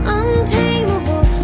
untamable